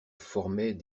formaient